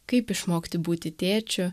kaip išmokti būti tėčiu